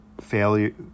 failure